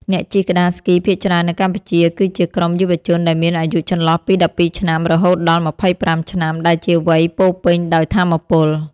អ្នកជិះក្ដារស្គីភាគច្រើននៅកម្ពុជា គឺជាក្រុមយុវជនដែលមានអាយុចន្លោះពី ១២ ឆ្នាំ រហូតដល់ ២៥ ឆ្នាំ ដែលជាវ័យពោរពេញដោយថាមពល។